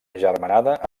agermanada